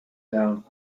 down